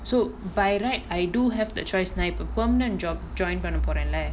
so by right I do have the choice நா இப்ப:naa ippa permenent job join பண்ண போறேன்ல:panna poranla